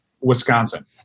Wisconsin